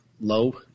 low